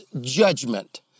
judgment